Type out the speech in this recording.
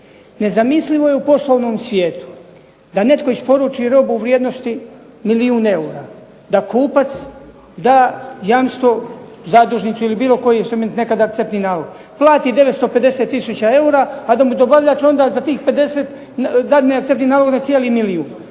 Nezamislivo je u poslovnom svijetu da netko isporuči robu u vrijednosti milijun eura, da kupac da jamstvo zadužnicu ili bilo koji instrument, nekada akceptni nalog. Plati 950 tisuća eura, a da mu dobavljač onda za tih 50 dadne akceptni nalog za cijeli milijun.